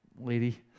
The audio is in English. lady